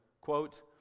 quote